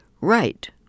Right